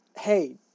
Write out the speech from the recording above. hey